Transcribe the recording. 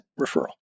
referral